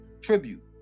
tribute